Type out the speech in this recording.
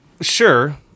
Sure